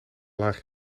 laagje